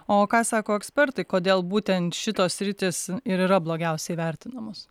o ką sako ekspertai kodėl būtent šitos sritys ir yra blogiausiai vertinamos